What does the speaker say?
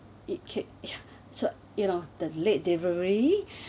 it kill~ yeah so you know the late delivery